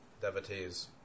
devotees